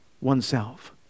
oneself